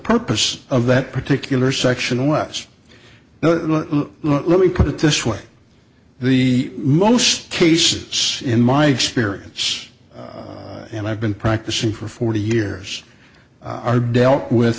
purpose of that particular section was now let me put it this way the most cases in my experience and i've been practicing for forty years are dealt with